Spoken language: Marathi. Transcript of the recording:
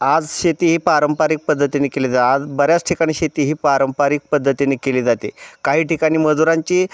आज शेती ही पारंपरिक पद्धतीने केली जात आज बऱ्याच ठिकाणी शेती ही पारंपरिक पद्धतीने केली जाते काही ठिकाणी मजुरांची